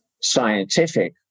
scientific